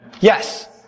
Yes